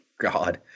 God